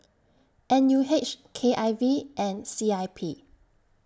N U H K I V and C I P